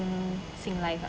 sing Singlife ah